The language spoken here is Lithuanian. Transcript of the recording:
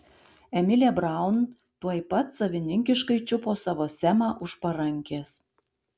emilė braun tuoj pat savininkiškai čiupo savo semą už parankės